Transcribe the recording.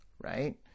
Right